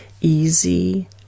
easy